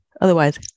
Otherwise